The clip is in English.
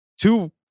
two